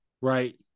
Right